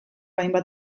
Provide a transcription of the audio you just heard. hainbat